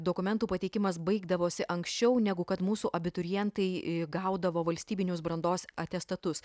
dokumentų pateikimas baigdavosi anksčiau negu kad mūsų abiturientai gaudavo valstybinius brandos atestatus